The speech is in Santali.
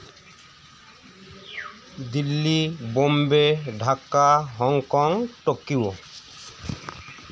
Delhi Bombay Dhaka Hong Kong Tokyo